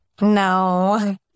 No